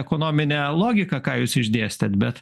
ekonominę logiką ką jūs išdėstėt bet